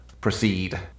Proceed